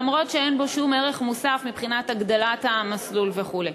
אף שאין בו שום ערך מוסף מבחינת הגדלת המסלול וכו'.